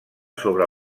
sobre